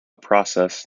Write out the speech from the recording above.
process